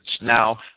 Now